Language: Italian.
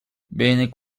bene